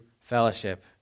fellowship